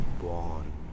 born